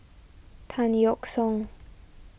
Tan Yeok Seong